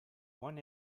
one